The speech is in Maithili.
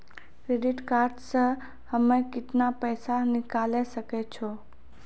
क्रेडिट कार्ड से हम्मे केतना पैसा निकाले सकै छौ?